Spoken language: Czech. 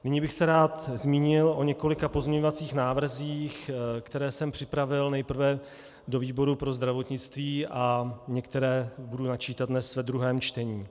Nyní bych se rád zmínil o několika pozměňovacích návrzích, které jsem připravil nejprve do výboru pro zdravotnictví, a některé budu načítat dnes ve druhém čtení.